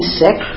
sick